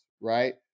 Right